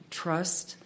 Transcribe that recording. trust